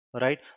Right